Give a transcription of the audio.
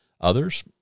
Others